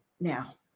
now